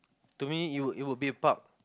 to me it will it will be the park